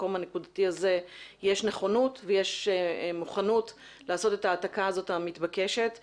המקום הנקודתי הזה יש נכונות ויש מוכנות לעשות את ההעתקה המתבקשת הזאת.